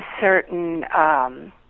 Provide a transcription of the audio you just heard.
certain